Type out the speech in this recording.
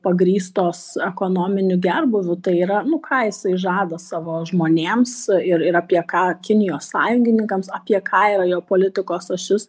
pagrįstos ekonominiu gerbūviu tai yra nu ką jisai žada savo žmonėms ir ir apie ką kinijos sąjungininkams apie ką yra jo politikos ašis